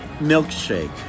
milkshake